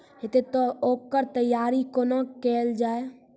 हेतै तअ ओकर तैयारी कुना केल जाय?